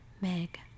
Meg